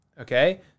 okay